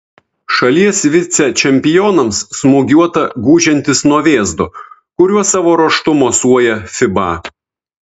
šalies vicečempionams smūgiuota gūžiantis nuo vėzdo kuriuo savo ruožtu mosuoja fiba